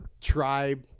tribe